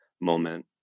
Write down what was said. moment